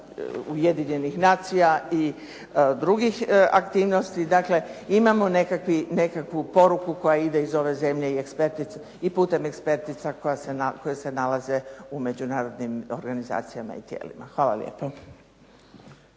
Ujedinjenih nacija i drugih aktivnosti. Dakle, imamo nekakvu poruku koja ide iz ove zemlje i putem ekspertica koje se nalaze u međunarodnim organizacijama i tijelima. Hvala lijepa.